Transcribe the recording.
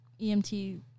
emt